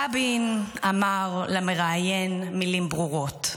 רבין אמר למראיין מילים ברורות,